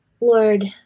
Lord